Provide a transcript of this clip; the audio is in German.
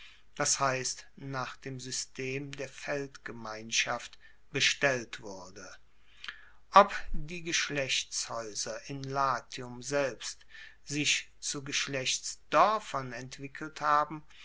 das heisst nach dem system der feldgemeinschaft bestellt wurde ob die geschlechtshaeuser in latium selbst sich zu geschlechtsdoerfern entwickelt haben